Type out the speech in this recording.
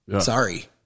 Sorry